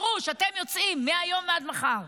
אתם יוצאים מהיום עד מחר,